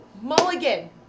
Mulligan